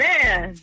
Man